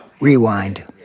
Rewind